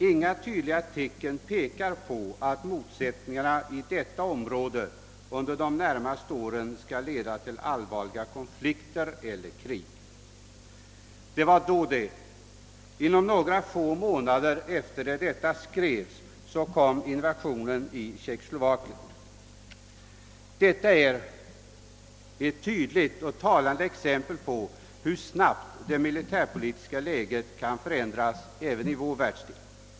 Inga tydliga tecken pekar på att motsättningarna i detia område under de närmaste åren skall leda till allvarliga konflikter eller krig.» Det var då det. Några få månader efter det ati detta skrevs kom invasionen av Tjeckoslovakien. Det är ett tydligt och talande exempel på hur snabbt det militärpolitiska läget kan förändras även i vår världsdel.